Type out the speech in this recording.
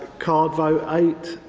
card vote eight,